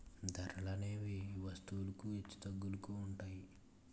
ధరలనేవి వస్తువులకు హెచ్చుతగ్గులుగా ఉంటాయి